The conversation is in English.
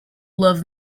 love